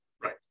right